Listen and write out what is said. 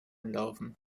davonlaufen